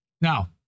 Now